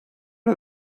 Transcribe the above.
are